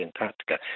Antarctica